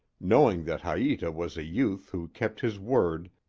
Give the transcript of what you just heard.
knowing that haita was a youth who kept his word,